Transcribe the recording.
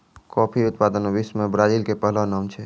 coffee उत्पादन मॅ विश्व मॅ ब्राजील के पहलो नाम छै